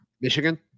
Michigan